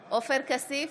כסיף,